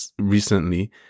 recently